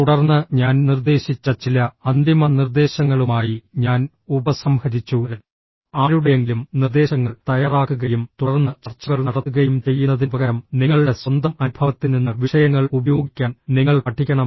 തുടർന്ന് ഞാൻ നിർദ്ദേശിച്ച ചില അന്തിമ നിർദ്ദേശങ്ങളുമായി ഞാൻ ഉപസംഹരിച്ചുഃ ആരുടെയെങ്കിലും നിർദ്ദേശങ്ങൾ തയ്യാറാക്കുകയും തുടർന്ന് ചർച്ചകൾ നടത്തുകയും ചെയ്യുന്നതിനുപകരം നിങ്ങളുടെ സ്വന്തം അനുഭവത്തിൽ നിന്ന് വിഷയങ്ങൾ ഉപയോഗിക്കാൻ നിങ്ങൾ പഠിക്കണം